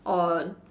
or